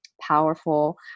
powerful